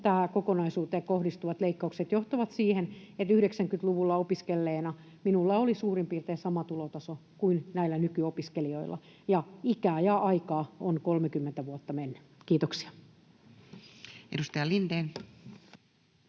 kokonaisuuteen kohdistuvat leikkaukset johtavat siihen, että 90-luvulla opiskelleena minulla oli suurin piirtein sama tulotaso kuin näillä nykyopiskelijoilla, ja ikää ja aikaa on mennyt 30 vuotta. — Kiitoksia. [Speech